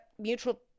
mutual